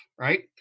right